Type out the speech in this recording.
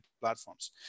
platforms